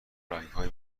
رنگهای